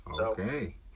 okay